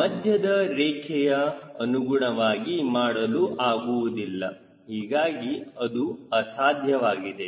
ಮಧ್ಯದ ರೇಖೆಯ ಅನುಗುಣವಾಗಿ ಮಾಡಲು ಆಗುವುದಿಲ್ಲ ಹೀಗಾಗಿ ಇದು ಅಸಾಧ್ಯವಾಗಿದೆ